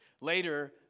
Later